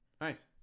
Nice